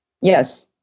Yes